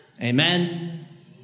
Amen